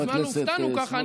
מזמן לא הופתענו ככה.